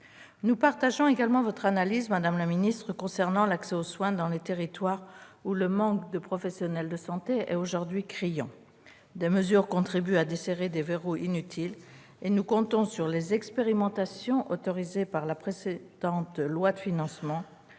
Nous partageons également votre analyse, madame la ministre, concernant l'accès aux soins dans les territoires où le manque de professionnels de santé est aujourd'hui criant : des mesures contribuent à desserrer des verrous inutiles, et nous comptons sur les expérimentations autorisées par la précédente loi de financement